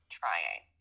trying